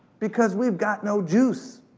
because we've got no juice